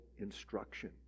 instruction